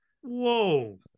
whoa